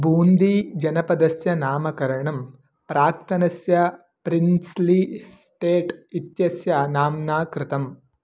बून्दीजनपदस्य नामकरणं प्राक्तनस्य princely state इत्यस्य नाम्ना कृतम्